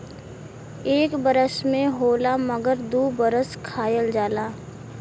एक बरस में होला मगर दू बरस खायल जाला